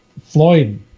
floyd